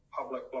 public